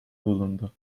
bulundu